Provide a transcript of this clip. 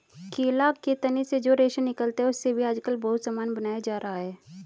केला के तना से जो रेशा निकलता है, उससे भी आजकल बहुत सामान बनाया जा रहा है